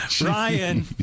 Ryan